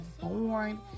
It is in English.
born